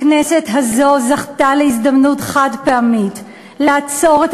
הכנסת הזו זכתה להזדמנות חד-פעמית לעצור את